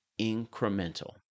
incremental